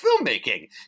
filmmaking